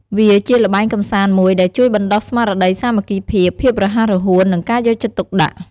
វាជាល្បែងកម្សាន្តមួយដែលជួយបណ្តុះស្មារតីសាមគ្គីភាព ភាពរហ័សរហួន និងការយកចិត្តទុកដាក់។